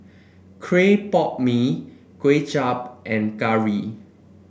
Clay Pot Mee Kway Chap and curry